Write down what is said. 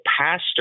pastor